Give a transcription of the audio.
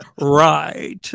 Right